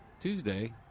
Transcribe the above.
Tuesday